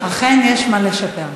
אכן יש מה לשפר.